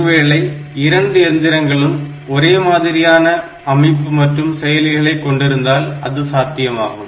ஒருவேளை இரண்டு எந்திரங்களும் ஒரே மாதிரியான அமைப்பு மற்றும் செயலிகளை கொண்டிருந்தால் அது சாத்தியமாகும்